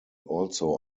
also